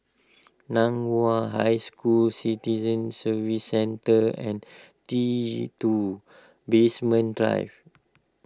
Nan Hua High School Citizen Services Centre and T two Basement Drive